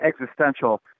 existential